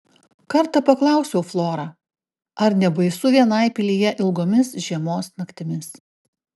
kartą paklausiau florą ar nebaisu vienai pilyje ilgomis žiemos naktimis